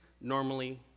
normally